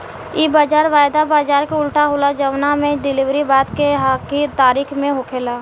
इ बाजार वायदा बाजार के उल्टा होला जवना में डिलेवरी बाद के तारीख में होखेला